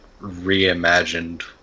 reimagined